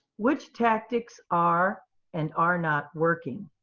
which tactics are and are not working?